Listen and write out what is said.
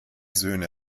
söhne